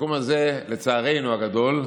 המקום הזה, לצערנו הגדול,